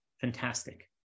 fantastic